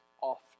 often